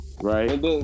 right